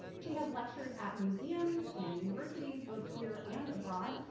she has lectured at museums and universities, both here and abroad,